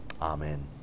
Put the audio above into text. Amen